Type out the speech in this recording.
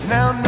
Now